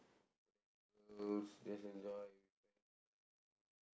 go there with girls just enjoy with friends guys also